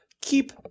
keep